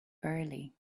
early